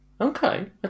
Okay